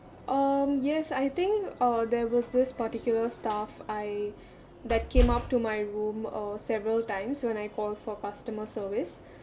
um yes I think uh there was this particular staff I that came up to my room uh several times when I called for customer service